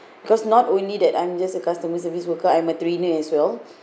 because not only that I'm just a customer service worker I'm a trainer as well